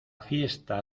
fiesta